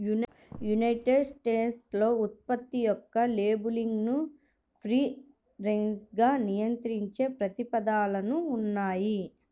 United స్టేట్స్లో ఉత్పత్తుల యొక్క లేబులింగ్ను ఫ్రీ రేంజ్గా నియంత్రించే ప్రతిపాదనలు ఉన్నాయి